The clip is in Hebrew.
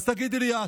אז תגידי לי את,